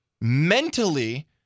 Mentally